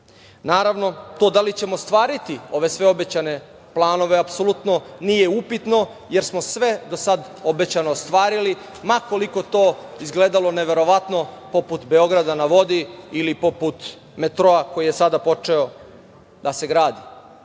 drugog. Naravno, to da li ćemo ostvariti sve ove obećane planove apsolutno nije upitno, jer smo sve do sad obećano ostvarili, ma koliko to izgledalo neverovatno, poput „Beograda na vodi“ ili poput metroa, koji je sada počeo da se gradi. Rekao